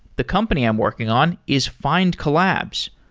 the company i'm working on is findcollabs.